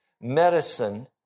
medicine